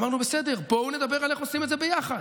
אמרנו: בסדר, בואו נדבר על איך עושים את זה ביחד.